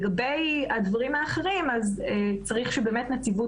לגבי הדברים האחרים - צריך שבאמת נציבות